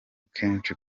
kenshi